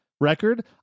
record